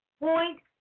point